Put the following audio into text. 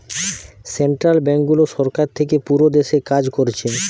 central ব্যাংকগুলো সরকার থিকে পুরো দেশে কাজ কোরছে